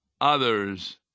others